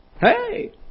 Hey